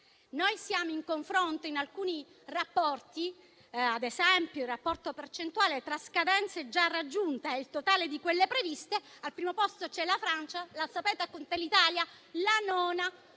vedi la Francia. In alcuni rapporti, ad esempio il rapporto percentuale tra scadenze già raggiunte e il totale di quelle previste, al primo posto c'è la Francia, lo sapete dov'è l'Italia? Al nono